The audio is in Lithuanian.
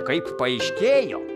kaip paaiškėjo